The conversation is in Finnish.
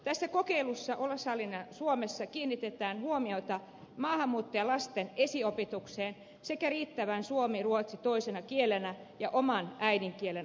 tässä osallisena suomessa kokeilussa kiinnitetään huomiota maahanmuuttajalasten esiopetukseen sekä riittävään suomen tai ruotsin opetukseen toisena kielenä ja oman äidinkielen opetukseen